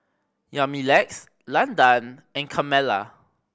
Yamilex Landan and Carmella